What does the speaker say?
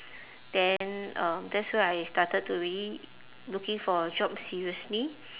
then um that's where I started to really looking for a job seriously